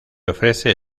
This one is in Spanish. ofrece